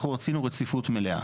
אנחנו רוצים רציפות מלאה.